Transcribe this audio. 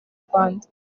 rwanda